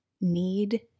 need